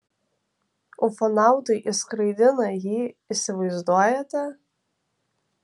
ufonautai išskraidina jį įsivaizduojate